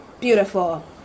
beautiful